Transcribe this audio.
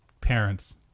parents